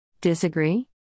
Disagree